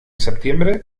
septiembre